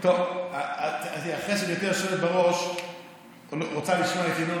גברתי היושבת בראש רוצה לשמוע את ינון,